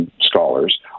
scholars